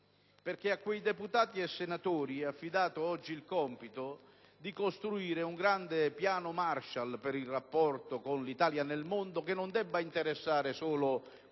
A quei deputati e senatori è affidato oggi il compito di costruire un grande piano Marshall per il rapporto con l'Italia nel mondo, che non debba interessare solo quei